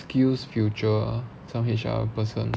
skills future some H_R person